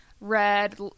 red